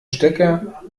stecker